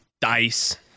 Dice